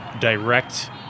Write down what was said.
direct